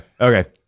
Okay